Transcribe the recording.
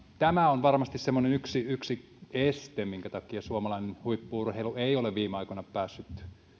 tämä on varmasti semmoinen yksi yksi este minkä takia suomalainen huippu urheilu ei ole viime aikoina päässyt